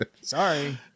sorry